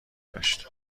داشت